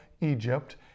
Egypt